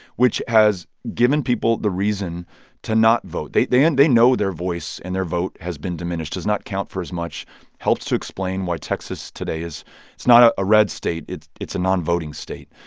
which has given people the reason to not vote. they they and know their voice and their vote has been diminished, does not count for as much helps to explain why texas today is it's not ah a red state. it's it's a non-voting state.